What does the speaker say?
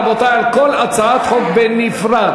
רבותי, כל הצעת חוק בנפרד.